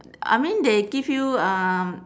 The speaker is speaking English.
I mean they give you um